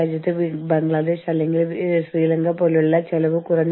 ഒരുപക്ഷേ ഗ്ലാസ് ചുറ്റും പറക്കുന്നു